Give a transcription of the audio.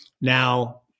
Now